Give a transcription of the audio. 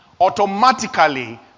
automatically